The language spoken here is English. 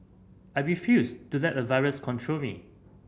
I refused to let a virus control me